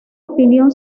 opinión